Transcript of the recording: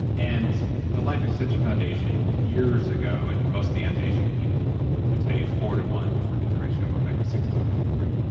and and the life extension foundation years ago and most of the anti-aging people would would tell you four one would be the ratio of omega six to omega three,